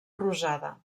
rosada